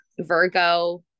Virgo